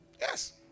Yes